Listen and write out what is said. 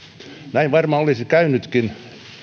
näin varmaan olisi käynytkin